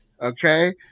Okay